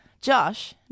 Josh